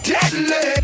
Deadly